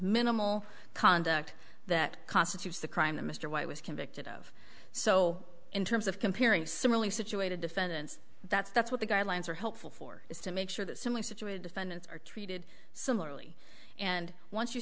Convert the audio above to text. minimal conduct that constitutes the crime that mr white was convicted of so in terms of comparing similarly situated defendants that's that's what the guidelines are helpful for is to make sure that someone situated defendants are treated similarly and once you